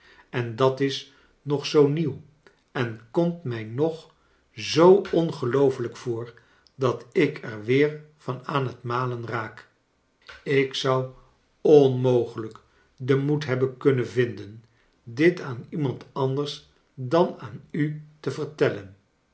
en dat is nog zoo nieuw en komt mij nog zoo ongelooflijk voor dat ik er weer van aan het malen raak ik zon onmogelijk den moed hebben kunnen vinden dit aan iemand anders dan aan u te vertellen